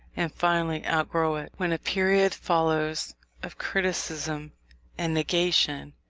and finally outgrow it when a period follows of criticism and negation,